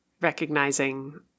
recognizing